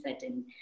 certain